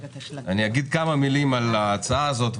אגיד כמה מילים על ההצעה הזאת,